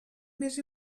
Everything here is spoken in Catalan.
més